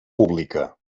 pública